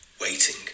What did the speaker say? waiting